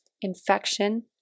infection